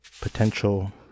potential